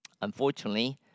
Unfortunately